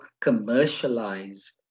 commercialized